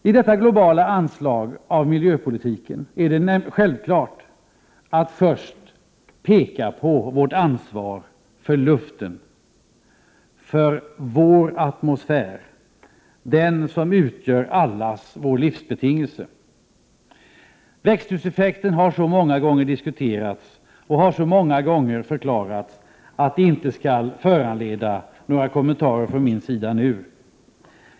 I detta globala anslag av miljöpolitiken är det självklart att först peka på vårt ansvar för luften, för vår atmosfär, den som utgör allas vår livsbetingelse. Växthuseffekten har så många gånger diskuterats och har så många gånger förklarats att det inte skall föranleda några kommentarer från min sida nu.